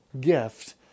gift